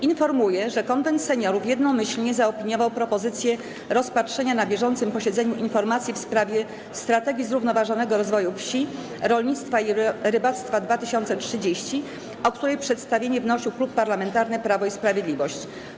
Informuję, że Konwent Seniorów jednomyślnie zaopiniował propozycję rozpatrzenia na bieżącym posiedzeniu informacji w sprawie „Strategii zrównoważonego rozwoju wsi, rolnictwa i rybactwa 2030”, o której przedstawienie wnosił Klub Parlamentarny Prawo i Sprawiedliwość.